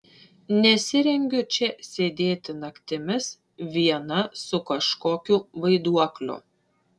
nesirengiu čia sėdėti naktimis viena su kažkokiu vaiduokliu